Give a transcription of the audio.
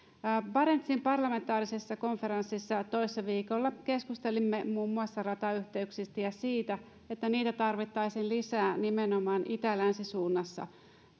barentsin parlamentaarisessa konferenssissa toissa viikolla keskustelimme muun muassa ratayhteyksistä ja siitä että niitä tarvittaisiin lisää nimenomaan itä länsisuunnassa